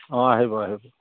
অঁ আহিব আহিব